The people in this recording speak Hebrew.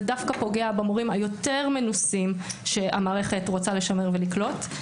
זה דווקא פוגע במורים היותר מנוסים שהמערכת רוצה לשמר ולקלוט.